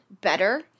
better